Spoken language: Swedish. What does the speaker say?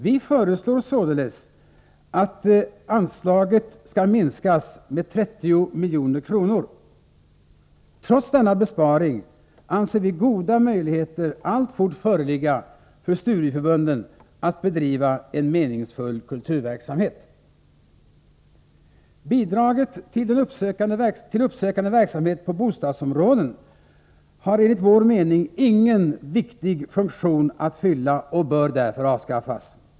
Vi föreslår således att anslaget skall minskas med 30 milj.kr. Trots denna besparing bör enligt vår mening goda möjligheter att bedriva en meningsfull kulturverksamhet alltfort föreligga för studieförbunden. Bidraget till uppsökande verksamhet i bostadsområden har enligt vår mening ingen viktig funktion att fylla och bör därför avskaffas.